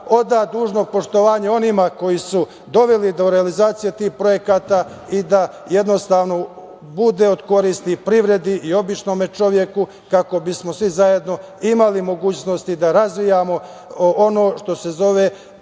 oda dužno poštovanje onima koji su doveli do realizacije tih projekata i da bude od koristi privredi i običnom čoveku, kako bismo svi zajedno imali mogućnosti da razvijamo ono što se zove